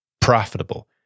profitable